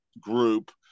group